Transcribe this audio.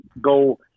go